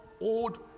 old